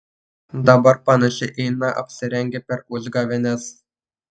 dabar panašiai eina apsirengę per užgavėnes